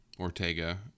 Ortega